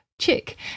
chick